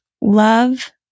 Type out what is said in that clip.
love